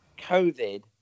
COVID